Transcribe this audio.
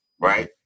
right